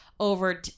Over